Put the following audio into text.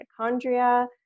mitochondria